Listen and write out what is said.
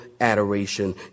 adoration